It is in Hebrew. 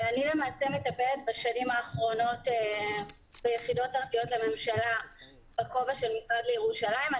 אני מטפלת בשנים האחרונות ביחידות --- לממשלה בכובע של משרד לירושלים.